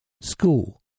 School